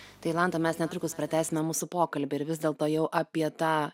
tai jolanta mes netrukus pratęsime mūsų pokalbį ir vis dėlto jau apie tą